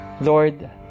Lord